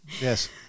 yes